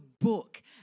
book